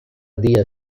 día